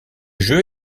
jeu